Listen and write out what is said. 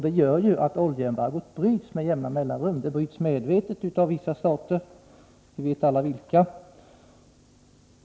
Det gör att oljeembargot brutits med jämna mellanrum. Det bryts medvetet av vissa stater — vi vet vilka.